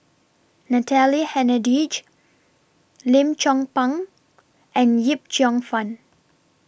Natalie Hennedige Lim Chong Pang and Yip Cheong Fun